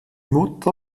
mutter